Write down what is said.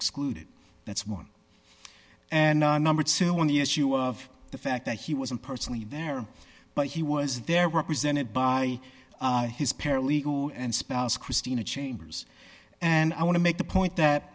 exclude that's one and number two on the issue of the fact that he wasn't personally there but he was there were presented by his paralegal and spouse christina chambers and i want to make the point that